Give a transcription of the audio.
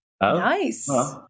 Nice